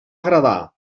agradar